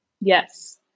Yes